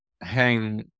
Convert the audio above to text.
hang